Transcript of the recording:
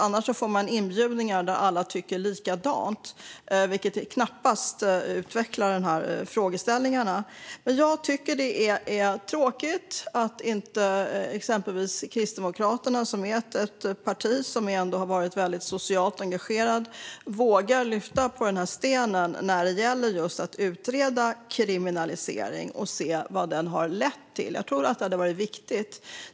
Annars får man inbjudningar till olika möten där alla tycker likadant, vilket knappast utvecklar dessa frågeställningar. Men jag tycker att det är tråkigt att inte exempelvis Kristdemokraterna, som är ett parti som ändå har varit väldigt socialt engagerat, vågar lyfta på denna sten när det gäller just att utreda kriminalisering och se vad den har lett till. Jag tror att det hade varit viktigt.